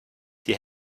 die